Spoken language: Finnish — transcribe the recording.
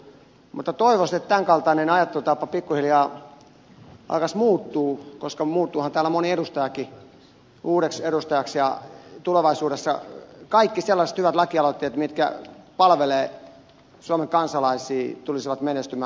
mutta toivoisi että tämän kaltainen ajattelutapa pikkuhiljaa alkaisi muuttua koska muuttuuhan täällä moni edustajakin uudeksi edustajaksi ja tulevaisuudessa kaikki sellaiset hyvät lakialoitteet mitkä palvelevat suomen kansalaisia tulisivat menestymään